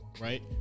right